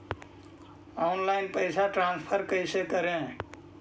Online पैसा transfer कैसे करे?